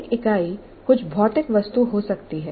एक इकाई कुछ भौतिक वस्तु हो सकती है